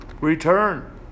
return